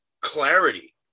clarity